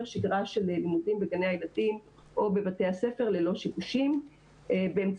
שגרה של לימודי בגני הילדים או בבתי הספר ללא שיבושים באמצעות